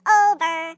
over